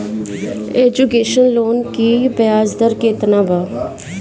Education loan की ब्याज दर केतना बा?